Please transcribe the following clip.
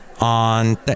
On